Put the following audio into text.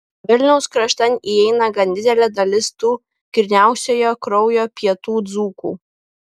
vilniaus kraštan įeina gan didelė dalis tų gryniausiojo kraujo pietų dzūkų